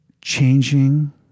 changing